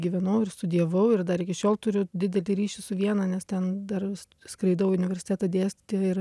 gyvenau ir studijavau ir dar iki šiol turiu didelį ryšį su viena nes ten dar skraidau į universitetą dėstyti ir